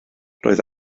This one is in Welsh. roedd